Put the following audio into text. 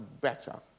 better